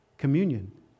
Communion